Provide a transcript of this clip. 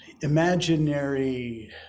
imaginary